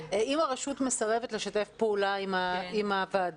אם הרשות מסרבת לשתף פעולה עם הוועדה,